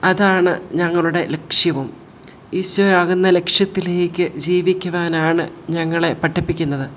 അതാണ് ഞങ്ങളുടെ ലക്ഷ്യവും ഈശോയെ അകന്ന ലക്ഷ്യത്തിലേക്ക് ജീവിക്കുവാനാണ് ഞങ്ങളെ പഠിപ്പിക്കുന്നത്